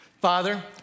Father